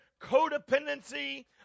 codependency